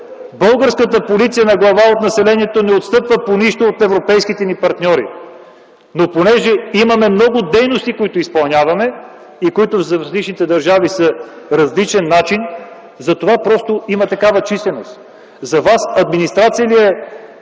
Българската полиция на глава от населението не отстъпва по нищо на европейските ни партньори. Но, понеже имаме много дейности, които изпълняваме и които в различните държави са по различен начин, затова просто има такава численост. За Вас администрация ли е